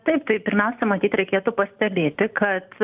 taip tai pirmiausia matyt reikėtų pastebėti kad